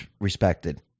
respected